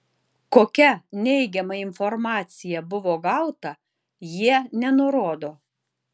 kokia neigiama informacija buvo gauta jie nenurodo